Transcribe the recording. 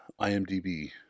IMDb